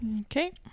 Okay